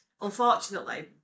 unfortunately